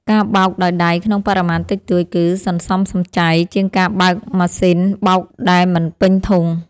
ការបោកដោយដៃក្នុងបរិមាណតិចតួច គឺសន្សំសំចៃជាងការបើកម៉ាស៊ីនបោកដែលមិនពេញធុង។